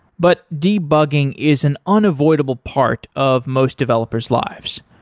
but debugging is an unavoidable part of most developers' lives.